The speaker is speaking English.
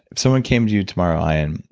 someone came to you tomorrow, ian,